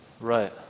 Right